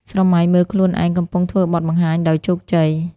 ស្រមៃមើលខ្លួនឯងកំពុងធ្វើបទបង្ហាញដោយជោគជ័យ។